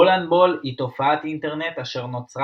פולנד בול היא תופעת אינטרנט אשר נוצרה